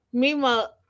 meanwhile